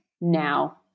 now